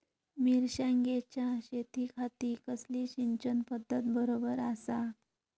मिर्षागेंच्या शेतीखाती कसली सिंचन पध्दत बरोबर आसा?